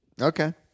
Okay